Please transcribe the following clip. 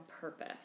purpose